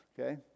Okay